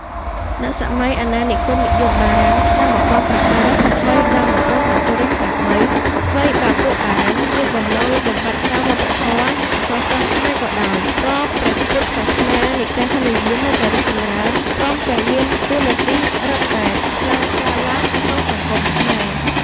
នៅសម័យអាណានិគមនិយមបារាំង (ឆ្នាំ ១៨៦៣-១៩៥៣) ថ្វីបើពួកបារាំង មានបំណងលុបបំបាត់ចោលវប្បធម៌ អក្សរសាស្ត្រខ្មែរក៏ដោយ ក៏ព្រះពុទ្ធសាសនា និកាយហីនយាននៅតែរីកចម្រើន ព្រមទាំងមានតួនាទីរឹតតែខ្លាំងក្លាឡើងនៅក្នុងសង្គម ខ្មែរ ។